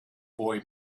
boy